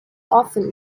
often